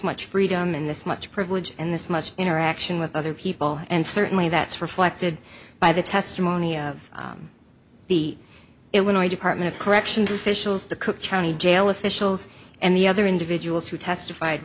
much freedom and this much privilege and this much interaction with other people and certainly that's reflected by the testimony of the illinois department of corrections officials the cook county jail officials and the other individuals who testified